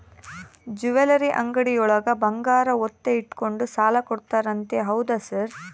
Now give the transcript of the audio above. Jewellery ಅಂಗಡಿಯೊಳಗ ಬಂಗಾರ ಒತ್ತೆ ಇಟ್ಕೊಂಡು ಸಾಲ ಕೊಡ್ತಾರಂತೆ ಹೌದಾ ಸರ್?